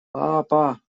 папа